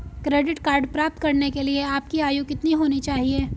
Credit card प्राप्त करने के लिए आपकी आयु कितनी होनी चाहिए?